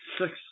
Six